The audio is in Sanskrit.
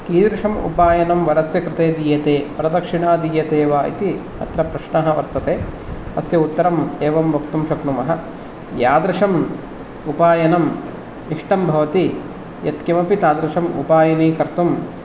कीदृशमुपायनं वरस्य कृते दीयते प्रदक्षिणा दीयते वा इति अत्र प्रश्नः वर्तते अस्य उत्तरम् एवं वक्तुं शक्नुमः यादृशम् उपायनम् इष्टं भवति यत्किमपि तादृशम् उपायनीकर्तुं